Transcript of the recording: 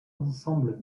ensembles